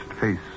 face